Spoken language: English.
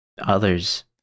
others